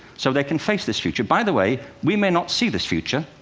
so they can face this future. by the way we may not see this future,